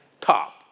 top